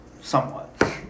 Somewhat